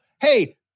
hey